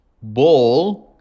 Ball